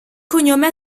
cognome